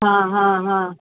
हाँ हाँ हाँ